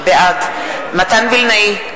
בעד מתן וילנאי,